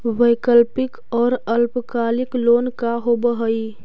वैकल्पिक और अल्पकालिक लोन का होव हइ?